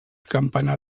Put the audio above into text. campanar